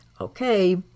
Okay